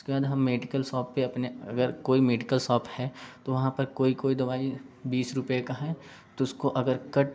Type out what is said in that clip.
उसके बाद हम मेडिकल शॉप पे अपने अगर कोई मेडिकल शॉप है तो वहाँ पर कोई कोई दवाई बीस रूपए का है तो उसको अगर कट